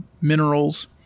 minerals